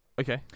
Okay